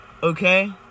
Okay